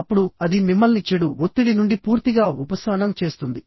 అప్పుడు అది మిమ్మల్ని చెడు ఒత్తిడి నుండి పూర్తిగా ఉపశమనం చేస్తుంది